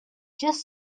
just